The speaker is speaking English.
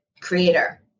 creator